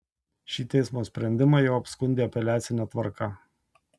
šį teismo sprendimą jau apskundė apeliacine tvarka